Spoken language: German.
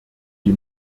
die